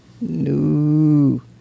No